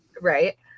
Right